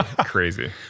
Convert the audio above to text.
crazy